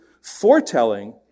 Foretelling